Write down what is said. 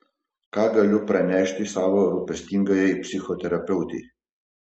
ką galiu pranešti savo rūpestingajai psichoterapeutei